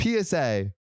PSA